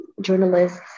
journalists